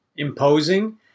imposing